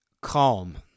calm